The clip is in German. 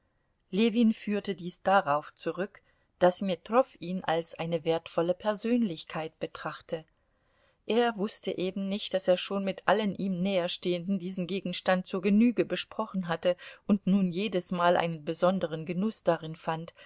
ljewin führte dies darauf zurück daß metrow ihn als eine wertvolle persönlichkeit betrachte er wußte eben nicht daß er schon mit allen ihm näherstehenden diesen gegenstand zur genüge besprochen hatte und nun jedesmal einen besonderen genuß darin fand